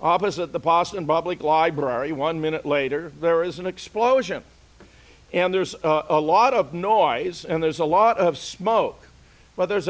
opposite the possum bubbly library one minute later there is an explosion and there's a lot of noise and there's a lot of smoke well there's